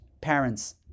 parents